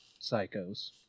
psychos